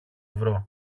βρω